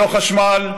ללא חשמל,